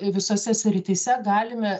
visose srityse galime